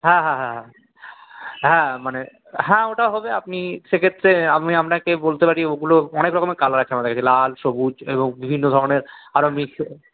হ্যাঁ হ্যাঁ হ্যাঁ হ্যাঁ হ্যাঁ মানে হ্যাঁ ওটা হবে আপনি সেক্ষেত্রে আমি আপনাকে বলতে পারি ওগুলো অনেক রকমের কালার আছে আমাদের কাছে লাল সবুজ এবং বিভিন্ন ধরনের আরও মিক্স